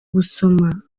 gusoma